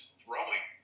throwing